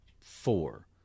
four